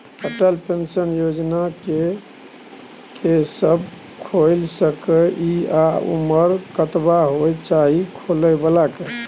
Atal pension Yojana के के सब खोइल सके इ आ उमर कतबा होय चाही खोलै बला के?